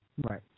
Right